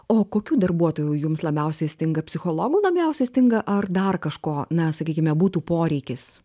o kokių darbuotojų jums labiausiai stinga psichologų labiausiai stinga ar dar kažko na sakykime būtų poreikis